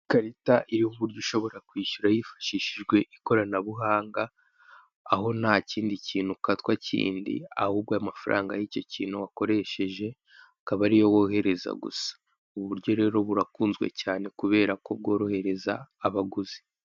Ikarita y'uburyo ushobora kwishyura hifashishijwe ikoranabuhanga aho nta kindi kintu ukatwa kindi ahubwo amafaranga y'icyo kintu wakoresheje ukaba ariyo wohereza gusa, ubu buryo rero burakunzwe cyane kubera ko bworohereza abaguzi.